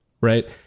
Right